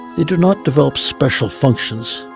they do not develop special functions,